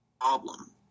problem